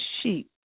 sheep